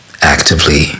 actively